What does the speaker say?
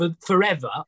forever